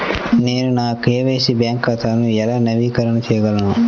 నేను నా KYC bank ఖాతాను ఎలా నవీకరణ చేయగలను?